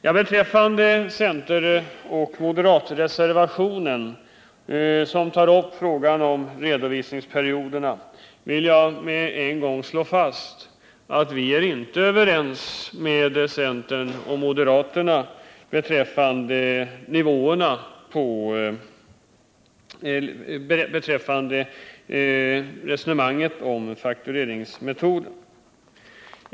Med anledning av den centeroch moderatreservation där frågan om redovisningsperioderna tas upp vill jag omedelbart slå fast, att vi inte är överens med centern och moderaterna beträffande resonemanget om bokföringsmetoder.